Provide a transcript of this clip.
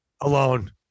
alone